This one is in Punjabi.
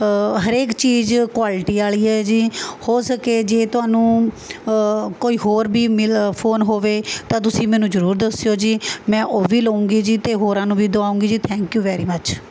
ਹਰੇਕ ਚੀਜ਼ ਕੁਆਲਟੀ ਵਾਲੀ ਹੈ ਜੀ ਹੋ ਸਕੇ ਜੇ ਤੁਹਾਨੂੰ ਕੋਈ ਹੋਰ ਵੀ ਮਿਲ ਫ਼ੋਨ ਹੋਵੇ ਤਾਂ ਤੁਸੀਂ ਮੈਨੂੰ ਜ਼ਰੂਰ ਦੱਸਿਓ ਜੀ ਮੈਂ ਉਹ ਵੀ ਲਉਂਗੀ ਜੀ ਅਤੇ ਹੋਰਾਂ ਨੂੰ ਦਵਾਉਂਗੀ ਜੀ ਥੈਂਕ ਯੂ ਵੈਰੀ ਮੱਚ